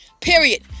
Period